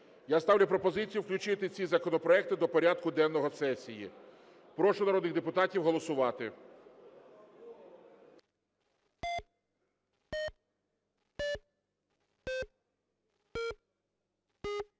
Я ставлю пропозицію включити ці законопроекти до порядку денного сесії. Прошу народних депутатів голосувати.